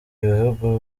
ibihugu